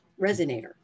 resonator